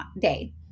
day